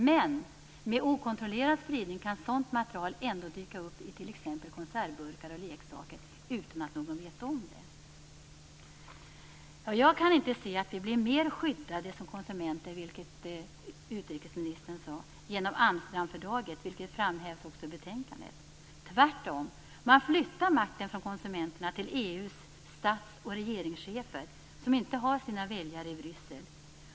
Men med okontrollerad spridning kan sådant material ändå dyka upp i t.ex. konservburkar och leksaker utan att någon vet om det. Jag kan inte se att vi blir mer skyddade som konsumenter, vilket utrikesministern sade, genom Amsterdamfördraget. Detta framhävs också i betänkandet. Tvärtom flyttar man makten från konsumenterna till EU:s stats och regeringschefer som inte har sina väljare i Bryssel.